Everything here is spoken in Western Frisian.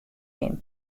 him